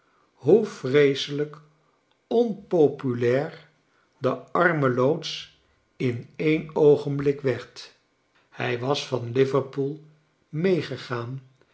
hoe vreeselijk onpopulair de arme loods in een oogenblik werd hij was van liverpool meegegaan